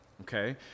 okay